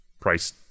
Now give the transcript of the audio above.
price